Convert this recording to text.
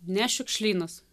ne šiukšlynas